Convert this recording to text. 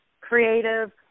creative